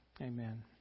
amen